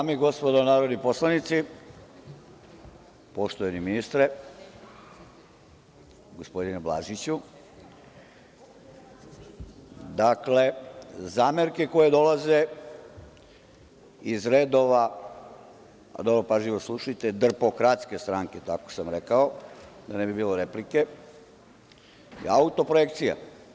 Dame i gospodo narodni poslanici, poštovani ministre, gospodine Blažiću, zamerke koje dolaze iz redova, vrlo pažljivo slušajte, drpokratske stranke, tako sam rekao, da ne bi bilo replike, je autoprojekcija.